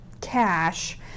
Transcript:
cash